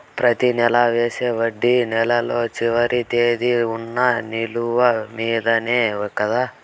ప్రతి నెల వేసే వడ్డీ నెలలో చివరి తేదీకి వున్న నిలువ మీదనే కదా?